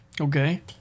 Okay